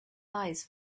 eyes